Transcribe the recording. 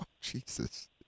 Jesus